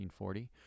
1940